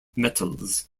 metals